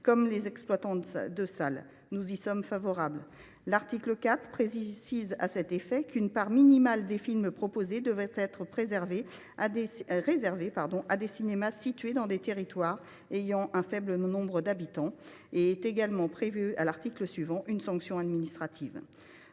comme les exploitants de salle. Nous y sommes favorables. L’article 4 précise à cet effet qu’une part minimale des films proposés devrait être réservée à des cinémas situés dans des territoires ayant un faible nombre d’habitants. Est également prévue à l’article suivant une sanction administrative